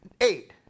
eight